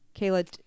kayla